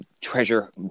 treasure